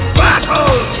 battle